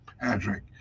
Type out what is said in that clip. Patrick